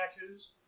matches